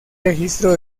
registro